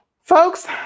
Folks